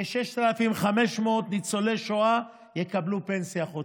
כ-6,500 ניצולי שואה יקבלו פנסיה חודשית.